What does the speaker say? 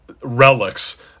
relics